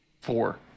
Four